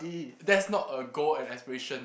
that's not a goal and aspiration